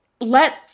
let